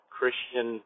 Christian